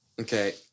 Okay